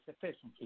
sufficiency